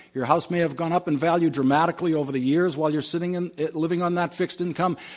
your house may have gone up in value dramatically over the years while you're sitting in living on that fixed income.